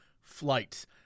flight